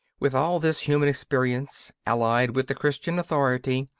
with all this human experience, allied with the christian authority,